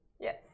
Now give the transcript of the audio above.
yes